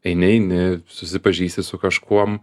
eini eini susipažįsti su kažkuom